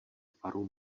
tvaru